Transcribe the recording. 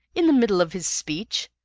in the middle of his speech!